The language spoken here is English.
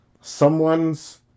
someone's